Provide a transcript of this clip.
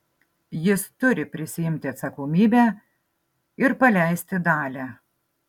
jis turi prisiimti atsakomybę ir paleisti dalią